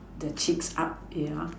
the chicks up they are